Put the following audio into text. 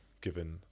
given